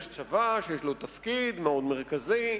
יש צבא שיש לו תפקיד מאוד מרכזי,